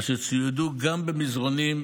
אשר צוידו גם במזרנים,